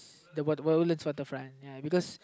the Woodlands-Waterfront because